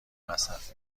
مصرف